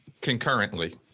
concurrently